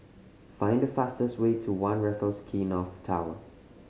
find the fastest way to One Raffles Quay North Tower